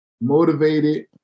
motivated